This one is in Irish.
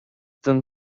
don